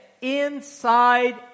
inside